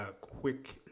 Quick